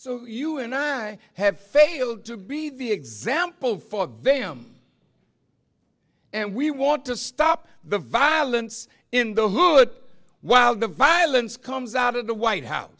so you and i have failed to be the example for vam and we want to stop the violence in the hood while the violence comes out of the white house